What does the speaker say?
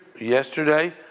yesterday